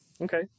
Okay